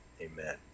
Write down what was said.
amen